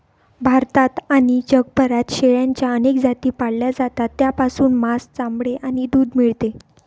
भारतात आणि जगभरात शेळ्यांच्या अनेक जाती पाळल्या जातात, ज्यापासून मांस, चामडे आणि दूध मिळते